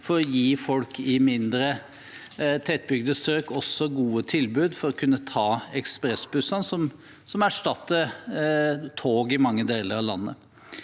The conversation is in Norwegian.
for å gi også folk i mindre, tettbygde strøk gode tilbud for å kunne ta ekspressbussene, som erstatter tog i mange deler av landet.